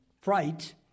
fright